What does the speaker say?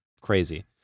crazy